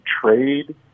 trade